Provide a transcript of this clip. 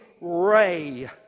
ray